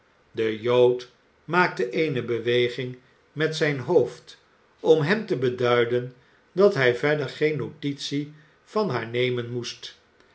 de jood maakte eene beweging met zijn hoofd om hem te beduiden dat hij verder geen notitie van haar nemen moest